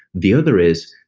the other is,